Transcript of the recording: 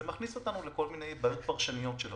זה מכניס אותנו לפרשנויות של החוק.